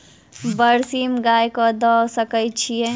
बरसीम गाय कऽ दऽ सकय छीयै?